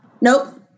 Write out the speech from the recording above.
Nope